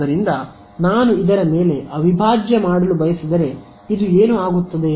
ಆದ್ದರಿಂದ ನಾನು ಇದರ ಮೇಲೆ ಅವಿಭಾಜ್ಯ ಮಾಡಲು ಬಯಸಿದರೆ ಇದು ಏನು ಆಗುತ್ತದೆ